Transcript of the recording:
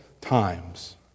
times